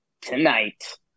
tonight